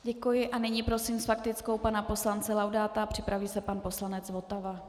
Děkuji a nyní prosím s faktickou pana poslance Laudáta, připraví se pan poslanec Votava.